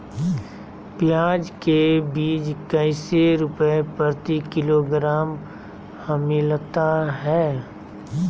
प्याज के बीज कैसे रुपए प्रति किलोग्राम हमिलता हैं?